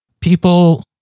people